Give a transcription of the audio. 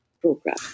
program